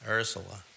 Ursula